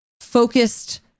focused